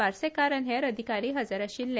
पार्सेकर आनी हेर अधिकारी हजर आशिल्ले